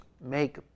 Make